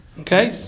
Okay